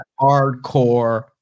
hardcore